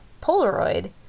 Polaroid